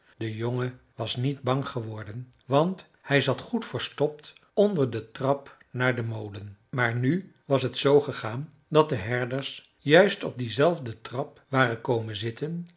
de jongen was niet bang geworden want hij zat goed verstopt onder de trap naar den molen maar nu was t zoo gegaan dat de herders juist op diezelfde trap waren komen zitten